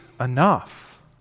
enough